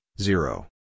zero